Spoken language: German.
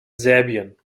serbien